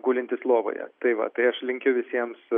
gulintys lovoje tai va tai aš linkiu visiems